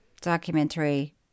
documentary